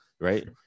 Right